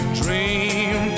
dream